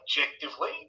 objectively